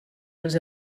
els